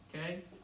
okay